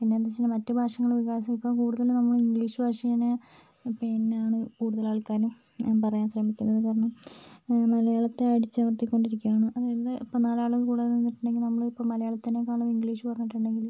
പിന്നെ എന്താന്ന് വെച്ച് കഴിഞ്ഞാൽ മറ്റ് ഭാഷകളുടെ വികാസം ഇപ്പം കൂടുതൽ നമ്മൾ ഇംഗ്ലീഷ് ഭാഷയാണ് പിന്നെ കൂടുതലാൾക്കാരും പറയാൻ ശ്രമിക്കുന്നത് കാരണം മലയാളത്തെ അടിച്ചമർത്തി കൊണ്ടിരിക്കുകയാണ് അതായത് ഇപ്പോൾ നാലാളും കൂടെ നിന്നിട്ടുണ്ടെങ്കിൽ നമ്മൾ ഇപ്പോൾ മലയാളത്തിനേക്കാളും ഇംഗ്ലീഷ് പറഞ്ഞിട്ടുണ്ടെങ്കിൽ